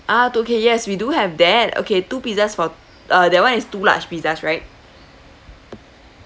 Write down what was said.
ah yes we do have that okay two pizzas for uh that [one] is two large pizzas right